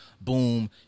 Boom